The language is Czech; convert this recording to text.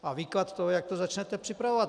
A výklad toho, jak to začnete připravovat.